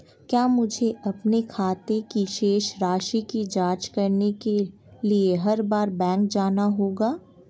क्या मुझे अपने खाते की शेष राशि की जांच करने के लिए हर बार बैंक जाना होगा?